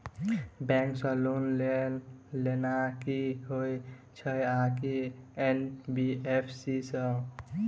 Bank सँ loan लेनाय नीक होइ छै आ की एन.बी.एफ.सी सँ?